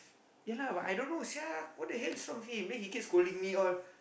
ya lah but I don't know sia what the hell is wrong with him then he keep scolding me all